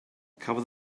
cafodd